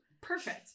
Perfect